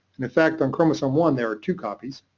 in fact on chromosome one there are two copies.